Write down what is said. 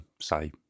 say